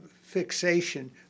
fixation